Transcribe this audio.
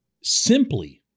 simply